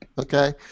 Okay